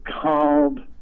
called